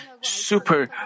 super